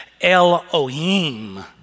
Elohim